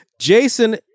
Jason